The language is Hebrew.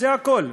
וזה הכול.